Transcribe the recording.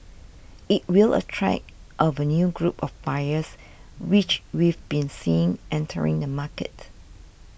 it will attract of a new group of buyers which we've been seeing entering the market